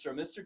Mr